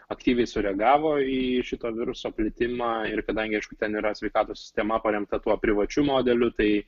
aktyviai sureagavo į šito viruso plitimą ir kadangi ten yra sveikatos sistema paremta tuo privačiu modeliu tai